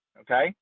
okay